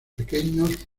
pequeños